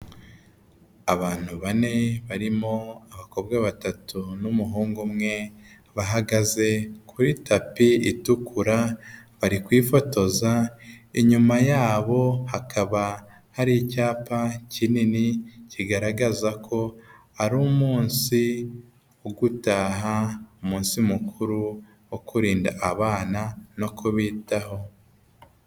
Abantu bane barimo abakobwa batatu, n'umuhungu umwe bahagaze kuri tapi itukura bari kwifotoza, inyuma yabo hakaba hari icyapa kinini kigaragaza ko ari umunsi wo gutaha. Umunsi mukuru wo kurinda abana no kubitaho.